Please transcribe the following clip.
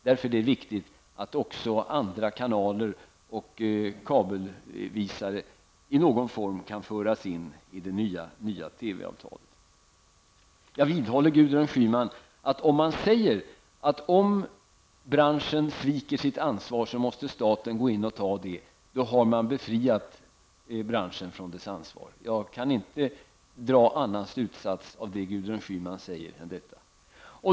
Därför är det viktigt att också andra kanaler och de som visar kabelsända program i någon form kan föras in i det nya TV-avtalet. Jag vidhåller, Gudrun Schyman, att om man säger att om branschen sviker sitt ansvar måste staten gå in och ta det, då har man befriat branschen från dess ansvar. Jag kan inte dra någon annan slutsats av det som Gudrun Schyman sade.